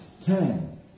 ten